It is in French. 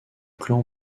clan